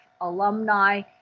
alumni